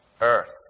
earth